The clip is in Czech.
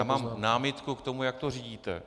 Já mám námitku k tomu, jak to řídíte.